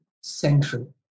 central